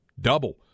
Double